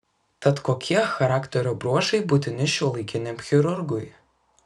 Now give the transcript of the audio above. tad kokie charakterio bruožai būtini šiuolaikiniam chirurgui